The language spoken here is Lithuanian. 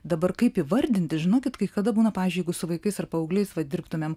dabar kaip įvardinti žinokit kai kada būna pavyzdžiui su vaikais ar paaugliais va dirbtumėm